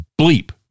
bleep